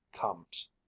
comes